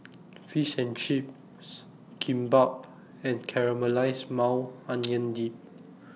Fish and Chips Kimbap and Caramelized Maui Onion Dip